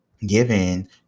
given